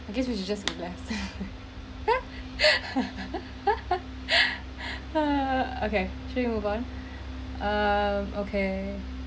I guess we should just relax okay sure we move on uh okay)